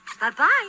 Bye-bye